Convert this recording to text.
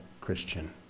Christian